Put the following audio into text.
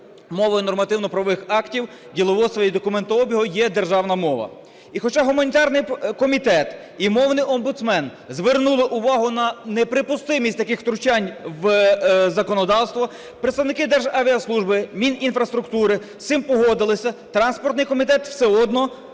мовою нормативно-правових актів, діловодства і документообігу є державна мова. І хоча гуманітарний комітет і мовний омбудсмен звернули увагу на неприпустимість таких втручань в законодавство, представники Державіаслужби, Мінінфраструктури з цим погодилися, транспортний комітет все одно